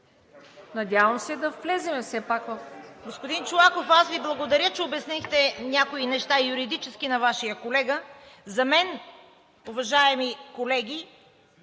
надявам се да влезем все пак в…